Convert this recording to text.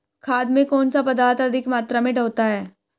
खाद में कौन सा पदार्थ अधिक मात्रा में होता है?